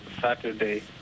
Saturday